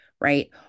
right